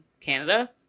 Canada